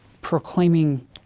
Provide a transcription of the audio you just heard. proclaiming